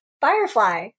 firefly